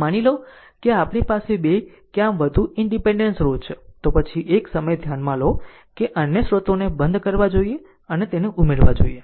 માની લો કે આપણી પાસે 2 કે આમ વધુ ઈનડીપેન્ડેન્ટ સ્રોત છે તો પછી એક સમયે ધ્યાનમાં લો કે અન્ય સ્રોતોને બંધ કરવા જોઈએ અને તેને ઉમેરવા જોઈએ